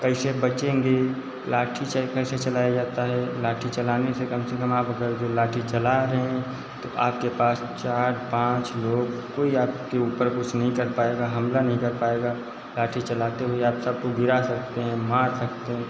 कैसे बचेंगे लाठी चाहे कैसे चलाया जाता है लाठी चलाने से कम से कम आप अगर जो लाठी चला रहे तो आपके पास चार पाँच लोग कोई आपके ऊपर कुछ नहीं कर पाएगा हमला नहीं कर पाएगा लाठी चलाते हुए आप सबको गिरा सकते हैं मार सकते हैं